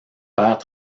père